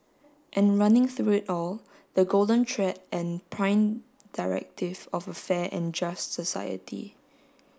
and running through it all the golden thread and prime directive of a fair and just society